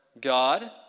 God